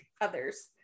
others